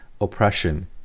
oppression